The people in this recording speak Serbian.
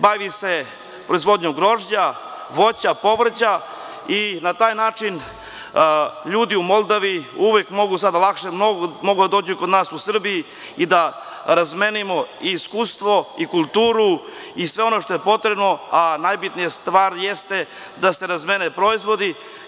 Bavim se proizvodnjom grožđa, voća i povrća i na taj način ljudi u Moldaviji mogu lakše da dođu kod nas u Srbiju i da razmenimo iskustva i kulturu i sve ono što je potrebno, a najbitnija stvar jeste da se razmene proizvodi.